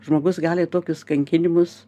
žmogus gali tokius kankinimus